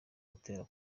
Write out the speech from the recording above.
gutera